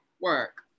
work